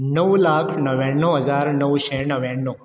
णव लाख णव्याण्णव हजार णवशें णव्याण्णव